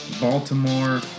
Baltimore